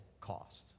cost